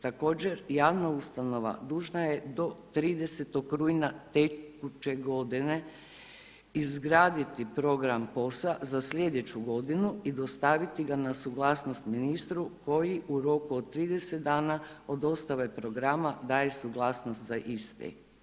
Također javna ustanova dužna je do 30. rujna tekuće godine izgraditi program POS-a za sljedeću godinu i dostaviti ga na suglasnost ministru koji u roku od 30 dana od dostave programa daje suglasnost za isti.